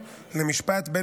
חוק ומשפט,